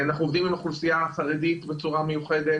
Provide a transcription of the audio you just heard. אנחנו עובדים עם אוכלוסייה החרדית בצורה מיוחדת,